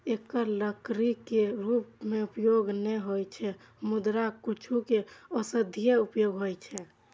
एकर लकड़ी के रूप मे उपयोग नै होइ छै, मुदा किछु के औषधीय उपयोग होइ छै